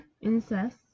incest